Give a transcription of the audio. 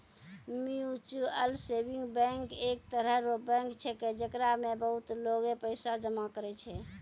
mutual saving bank एक तरह रो बैंक छैकै, जेकरा मे बहुते लोगें पैसा जमा करै छै